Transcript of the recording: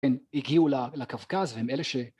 הם הגיעו לקווקאז והם אלה ש...